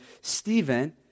Stephen